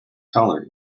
colour